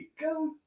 Go